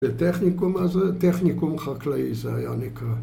‫בטכניקום הזה, ‫טכניקום חקלאי זה היה נקרא.